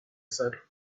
said